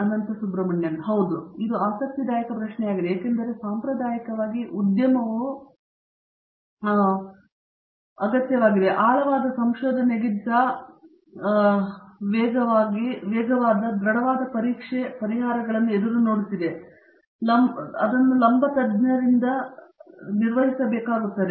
ಅನಂತ ಸುಬ್ರಹ್ಮಣ್ಯನ್ ಹೌದು ಇದು ಆಸಕ್ತಿದಾಯಕ ಪ್ರಶ್ನೆಯಾಗಿದೆ ಏಕೆಂದರೆ ಸಾಂಪ್ರದಾಯಿಕವಾಗಿ ಉದ್ಯಮವು ಆಳವಾದ ಸಂಶೋಧನೆಗಿಂತ ವೇಗವಾದ ದೃಢವಾದ ಪರೀಕ್ಷೆ ಪರಿಹಾರಗಳನ್ನು ಎದುರು ನೋಡುತ್ತಿದೆ ಇದು ಲಂಬ ತಜ್ಞರಿಂದ ಅದನ್ನು ನಿರ್ವಹಿಸಲು ಬೇಕಾಗುತ್ತದೆ